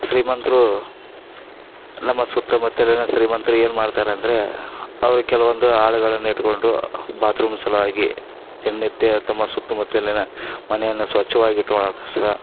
ಶ್ರೀಮಂತ್ರು ನಮ್ಮ ಸುತ್ತಮುತ್ತಲಿನ ಶ್ರೀಮಂತ್ರ್ ಏನು ಮಾಡ್ತಾರಂದರೆ ಅವರು ಕೆಲವೊಂದು ಆಳುಗಳನ್ನು ಇಟ್ಕೊಂಡು ಬಾತ್ರೂಮ್ ಸಲುವಾಗಿ ದಿನನಿತ್ಯ ತಮ್ಮ ಸುತ್ತಮುತ್ತಲಿನ ಮನೆಯನ್ನು ಸ್ವಚ್ಛವಾಗಿ ಇಟ್ಕೊಳೋಗೋಸ್ಕರ